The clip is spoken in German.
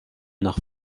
nach